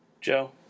Joe